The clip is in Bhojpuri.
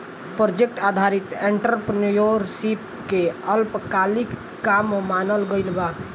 प्रोजेक्ट आधारित एंटरप्रेन्योरशिप के अल्पकालिक काम मानल गइल बा